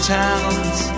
towns